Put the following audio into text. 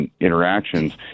interactions